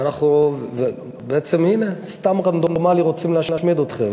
ואנחנו בעצם סתם, רנדומלי, ורוצים להשמיד אתכם.